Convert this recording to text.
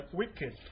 wicked